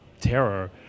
terror